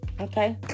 okay